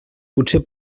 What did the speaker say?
potser